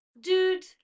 dude